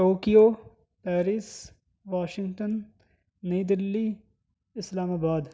Tokyo Paris Washington Nai Dilli اسلام آباد